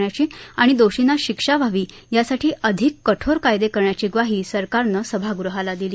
या विषयावर चर्चा करण्याची आणि दोषींना शिक्षा व्हावी यासाठी अधिक कठोर कायदे करण्याची ग्वाही सरकारनं सभागहाला दिली